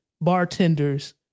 bartenders